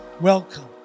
Welcome